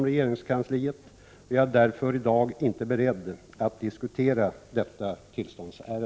Är regeringen beredd att i stället för utförsäljning av svensk stålindustri utomlands öka insatserna för en svensk nationell stålindustri?